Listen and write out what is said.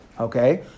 Okay